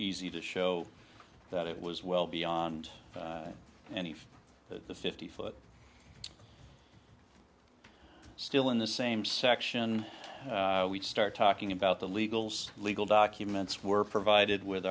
easy to show that it was well beyond and if the fifty foot still in the same section we start talking about the legals legal documents were provided with